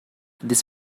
this